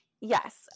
Yes